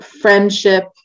friendship